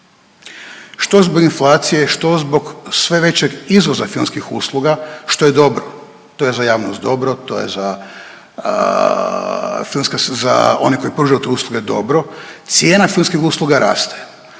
što zbog inflacije, što zbog sve većeg izvoza filmskih usluga što je dobro. To je za javnost dobro, to je za filmska, za one koji pružaju te usluge dobro. Cijena filmskih usluga raste,